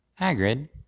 Hagrid